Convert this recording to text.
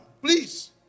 please